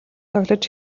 тоглож